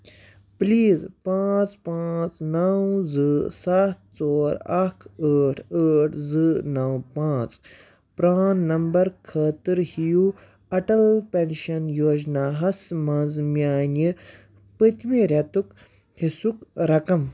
please پانٛژھ پانٛژھ نَو زٕ سَتھ ژور اَکھ ٲٹھ ٲٹھ زٕ نَو پانٛژھ پرٛان نمبر خٲطرٕ ہیٚیِو اَٹَل پؠنشَن یوجناہَس منٛز میٛانہِ پٔتۍمہِ رٮ۪تُک حِصُّک رقم